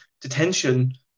detention